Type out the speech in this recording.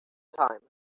time